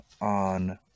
on